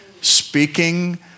speaking